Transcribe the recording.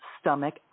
stomach